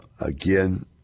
Again